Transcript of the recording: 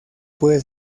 puede